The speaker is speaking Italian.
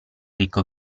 ricco